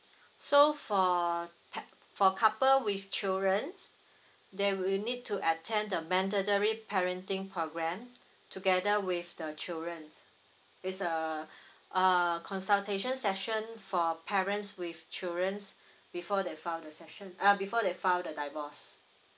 so for par~ for couple with children they will need to attend the mandatory parenting programme together with the children it's a uh consultation session for parents with children before they file the session uh before they file the divorce